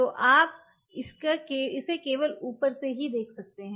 तो आपका इसे केवल ऊपर से ही देख सकते हैं